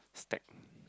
stack